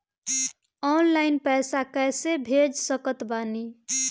Online पैसा कैसे भेज सकत बानी?